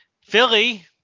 Philly